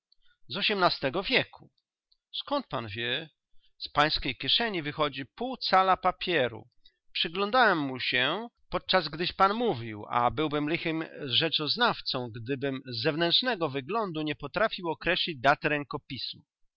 z ośmnastego wieku skąd pan wie z pańskiej kieszeni wychodzi pół cala papieru przyglądałem mu się podczas gdyś pan mówił a byłbym lichym rzeczoznawcą gdybym z zewnętrznego wyglądu nie potrafił określić daty rękopisu